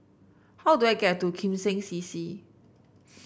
how do I get to Kim Seng C C